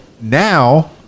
now